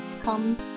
come